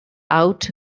out